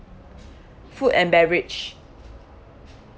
food and beverage